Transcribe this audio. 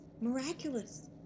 Miraculous